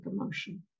emotion